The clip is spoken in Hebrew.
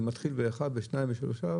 זה מתחיל באחד, בשניים, בשלושה.